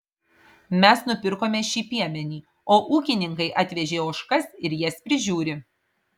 mes nupirkome šį piemenį o ūkininkai atvežė ožkas ir jas prižiūri